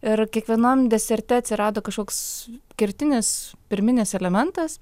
ir kiekvienam deserte atsirado kažkoks kertinis pirminis elementas